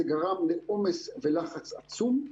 וזה גרם לעומס ולחץ עצום.